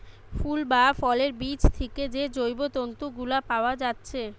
ফুল বা ফলের বীজ থিকে যে জৈব তন্তু গুলা পায়া যাচ্ছে